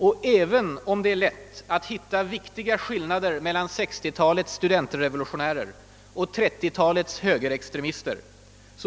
Och även om det är lätt att hitta viktiga skillnader mellan 1960-talets studentrevolutionärer och 1930-talets högerextremister